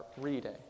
reading